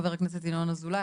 חבר הכנסת ינון אזולאי.